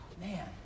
man